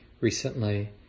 recently